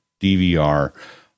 dvr